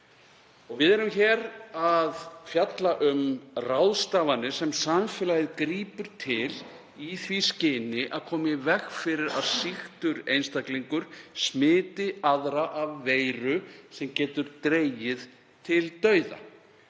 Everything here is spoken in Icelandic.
Við erum hér að fjalla um ráðstafanir sem samfélagið grípur til í því skyni að koma í veg fyrir að sýktur einstaklingur smiti aðra af veiru sem getur dregið til dauða.